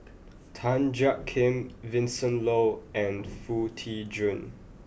Tan Jiak Kim Vincent Leow and Foo Tee Jun